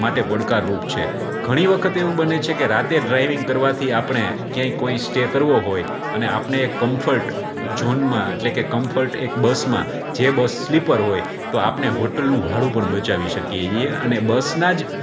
માટે પડકાર રૂપ છે ઘણી વખત એવું બને છે કે રાતે ડ્રાઈવિંગ કરવાથી આપણે ક્યાંય કોઈ સ્ટે કરવો હોય અને આપને એક કમ્ફર્ટ ઝોનમાં એટલે કે કમ્ફર્ટ એક બસમાં જે બસ સ્લીપર હોય તો આપણે હોટલનું ભાડું પણ બચાવી શકીએ છીએ અને બસના જ